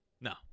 No